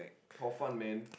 Hor-Fun man